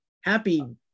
Happy